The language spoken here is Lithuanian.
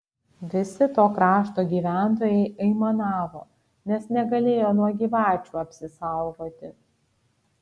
visi to krašto gyventojai aimanavo nes negalėjo nuo gyvačių apsisaugoti